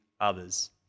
others